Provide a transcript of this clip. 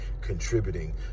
contributing